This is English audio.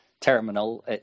terminal